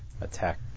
attack